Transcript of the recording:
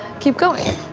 keep going.